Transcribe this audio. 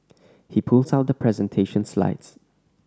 he pulls out the presentation slides